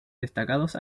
destacados